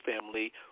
family